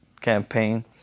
campaign